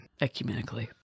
ecumenically